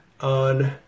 on